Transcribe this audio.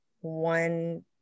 one